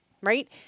right